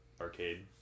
arcade